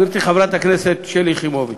גברתי חברת הכנסת שלי יחימוביץ.